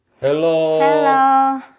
Hello